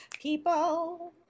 people